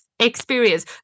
experience